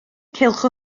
cylch